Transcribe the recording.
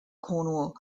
cornwall